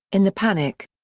in the panic.